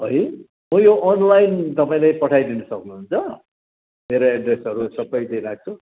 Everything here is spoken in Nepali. है म यो अनलाइन तपाईँले पठाइदिनु सक्नुहुन्छ मेरो एड्रेसहरू सबै दिइराख्छु